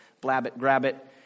blab-it-grab-it